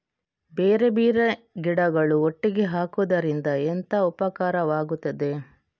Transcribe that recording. ಬೇರೆ ಬೇರೆ ಗಿಡಗಳು ಒಟ್ಟಿಗೆ ಹಾಕುದರಿಂದ ಎಂತ ಉಪಕಾರವಾಗುತ್ತದೆ?